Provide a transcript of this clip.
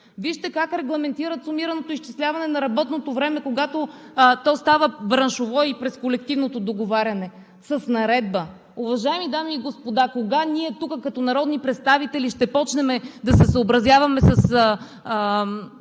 Вижте как регламентират сумираното изчисляване на работното време, когато то става браншово и през колективното договаряне – с наредба! Уважаеми дами и господа, кога ние тук като народни представители ще започнем да се съобразяваме с